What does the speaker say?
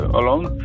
alone